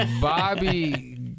Bobby